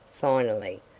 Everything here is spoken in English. finally,